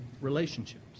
relationships